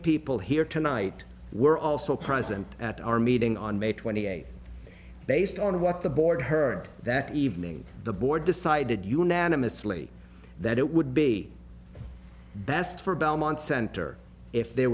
people here tonight were also present at our meeting on may twenty eighth based on what the board heard that evening the board decided unanimously that it would be best for a belmont center if there